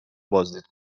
بازدید